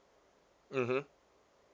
mmhmm